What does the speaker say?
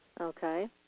Okay